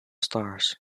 stars